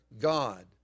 God